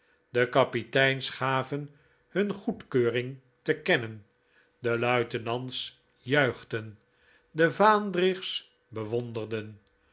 de kapiteins gaven hun goedkeuring te kennen de luitenants juichten de vaandrigs bewonderden